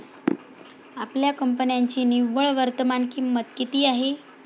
आपल्या कंपन्यांची निव्वळ वर्तमान किंमत किती आहे?